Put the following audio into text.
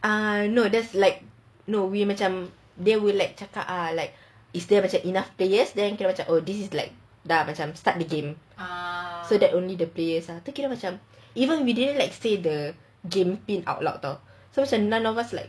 ah no the like no we macam they would like macam is there macam enough players kira macam this is like dah macam start the game so that only the players kira macam even we didn't like say the game pin out loud so macam none of us like